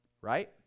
Right